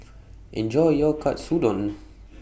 Enjoy your Katsudon